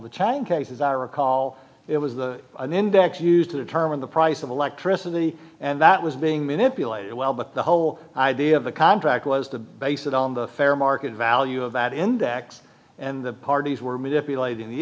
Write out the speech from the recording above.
chang cases i recall it was the an index used to determine the price of electricity and that was being manipulated well but the whole idea of a contract was to base it on the fair market value of that index and the parties were manipulating the